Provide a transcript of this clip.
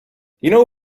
jinou